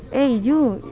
hey, you.